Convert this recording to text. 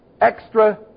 extra